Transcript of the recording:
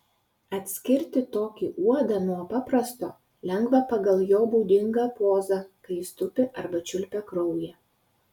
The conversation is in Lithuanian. atskirti tokį uodą nuo paprasto lengva pagal jo būdingą pozą kai jis tupi arba čiulpia kraują